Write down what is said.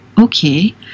Okay